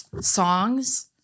songs